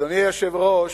אדוני היושב-ראש,